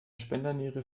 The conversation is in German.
spenderniere